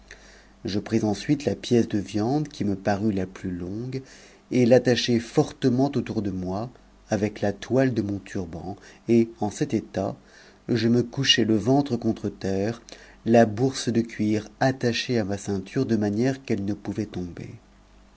je pris ensuite la pièce de viande qui me parut la plus longue et l'attachai fortement autour de moi avec la toile de mon turban et en cet état je me couchai le ventre contre terre la bourse de cuir attachée à ma ceinture d'une u miëre qu'elle ne pouvait tomber